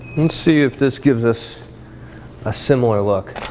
and see if this gives us a similar look.